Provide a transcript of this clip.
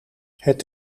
het